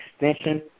extension